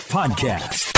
Podcast